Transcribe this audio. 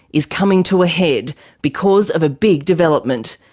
is coming to a head because of a big development.